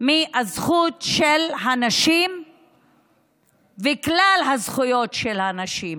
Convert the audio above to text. מהזכות של הנשים וכלל הזכויות של הנשים.